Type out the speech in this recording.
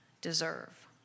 deserve